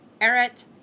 Eret